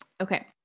Okay